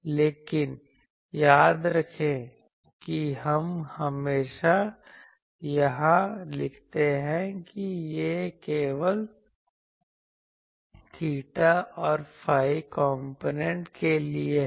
लेकिन याद रखें कि हम हमेशा यहां लिखते हैं कि यह केवल theta और phi कॉम्पोनेंट के लिए है